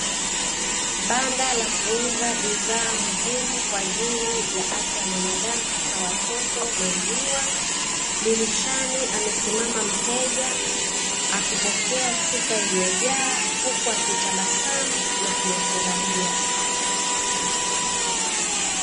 Banda la kuuza bidhaa muhimu kwa ajili ya afya ya mwanadamu hasa watoto, maziwa. Dirishani amesimama mteja akipokea chupa iliyojaa huku akitabasamu na kuyafurahia.